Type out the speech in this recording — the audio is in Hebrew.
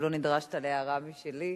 גם על כך שעמדת בזמנים ולא נדרשת להערה שלי.